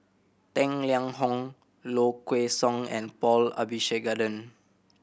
Tang Liang Hong Low Kway Song and Paul Abisheganaden